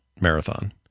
marathon